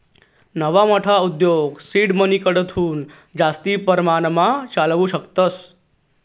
नवा मोठा उद्योग सीड मनीकडथून जास्ती परमाणमा चालावू शकतस